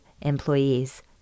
employees